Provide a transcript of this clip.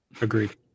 agreed